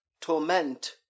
torment